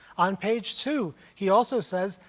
on page two, he also says,